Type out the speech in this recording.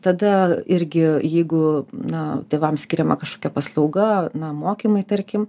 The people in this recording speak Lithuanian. tada irgi jeigu nuo tėvams skiriama kažkokia paslauga na mokymai tarkim